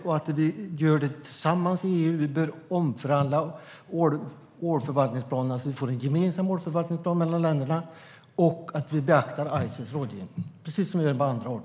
Vi ska göra detta tillsammans i EU, och vi behöver omförhandla ålförvaltningsplanerna så att det blir en gemensam ålförvaltningsplan för länderna. Vi ska beakta Ices rådgivning, precis som vi gör med andra arter.